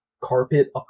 carpet